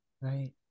Right